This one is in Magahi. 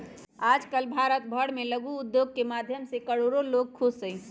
आजकल भारत भर में लघु उद्योग के माध्यम से करोडो लोग खुश हई